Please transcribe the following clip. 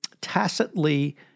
tacitly